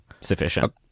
sufficient